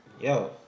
yo